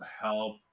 help